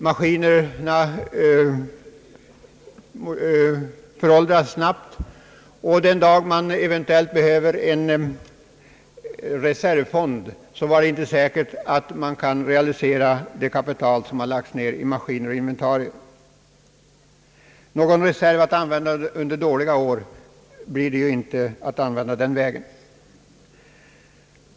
Maskiner föråldras snabbt. Den dag man eventuellt behöver utnyttja en reservfond är det heller inte säkert att man kan realisera det kapital som lagts ned i maskiner och inventarier. Någon reserv att tillgripa under dåliga år innebär alltså inte denna väg.